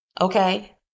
Okay